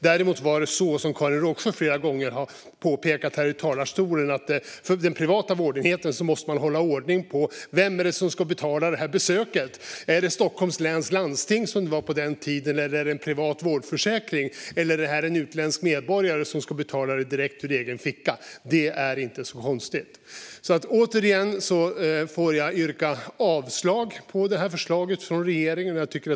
Däremot var det så som Karin Rågsjö flera gånger har påpekat har i talarstolen, nämligen att på den privata vårdenheten måste man hålla reda på vem som ska betala besöket. Är det Stockholms läns landsting, som det var på den tiden, är det en privat vårdförsäkring, eller är det en utländsk medborgare som ska betala direkt ur egen ficka? Det är inte så konstigt. Återigen får jag yrka avslag på förslaget från regeringen.